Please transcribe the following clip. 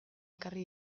ekarri